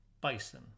bison